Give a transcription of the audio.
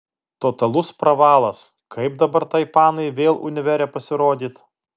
totalus pravalas kaip dabar tai panai vėl univere pasirodyt